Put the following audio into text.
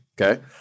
Okay